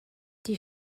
die